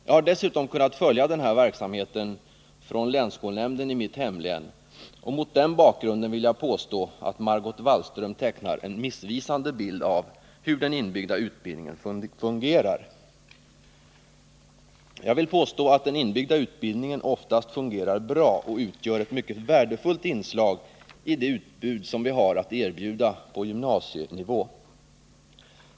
Jag har dessutom kunnat följa den här verksamheten från länsskolnämnden i mitt hemlän, och mot den bakgrunden vill jag påstå att Margot Wallström tecknar en missvisande bild av hur den inbyggda utbildningen fungerar. Jag vill påstå att den inbyggda utbildningen oftast fungerar bra och utgör ett mycket värdefullt inslag i det utbud som vi har att erbjuda på gymnasienivå.